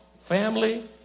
family